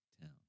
town